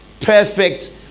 Perfect